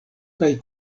kaj